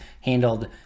handled